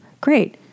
Great